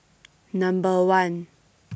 Number one